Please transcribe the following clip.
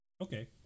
Okay